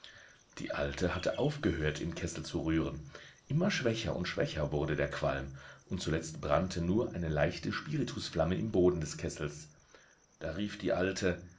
die alte hatte aufgehört im kessel zu rühren immer schwächer und schwächer wurde der qualm und zuletzt brannte nur eine leichte spiritusflamme im boden des kessels da rief die alte